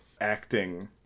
acting